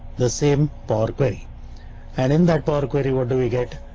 the same power query an in that power query. what do we get?